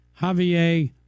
Javier